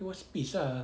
he was pissed ah